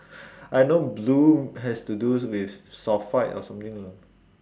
I know blue has to do with sulphite or something lah